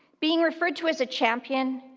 being referred to as a champion,